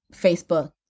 Facebook